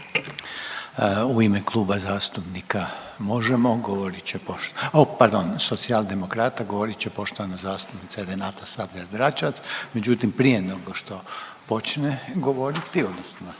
U ime Kluba zastupnika MOŽEMO govorit će, o pardon Socijaldemokrata govorit će poštovana zastupnica Renata Sabljar-Dračevac, međutim prije nego što počne govoriti odnosno